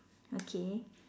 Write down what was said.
okay